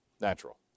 Natural